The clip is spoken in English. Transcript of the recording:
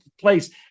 place